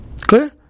Clear